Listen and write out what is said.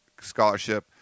scholarship